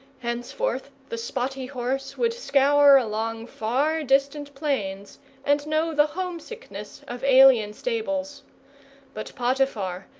henceforth the spotty horse would scour along far-distant plains and know the homesickness of alien stables but potiphar,